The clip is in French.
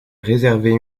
réservée